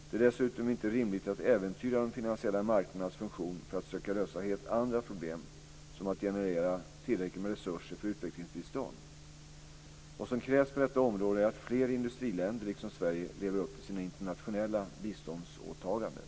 Det är dessutom inte rimligt att äventyra de finansiella marknadernas funktion för att söka lösa helt andra problem, såsom att generera tillräckligt med resurser för utvecklingsbistånd. Vad som krävs på detta område är att fler industriländer - liksom Sverige - lever upp till sina internationella biståndsåtaganden.